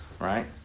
Right